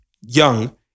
young